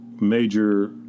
major